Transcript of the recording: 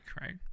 right